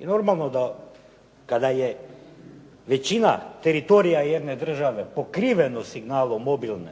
normalno da kada je većina teritorija jedne države pokriveno signalom mobilnom